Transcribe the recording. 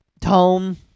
tone